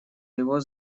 его